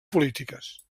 polítiques